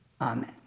Amen